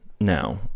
Now